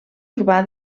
urbà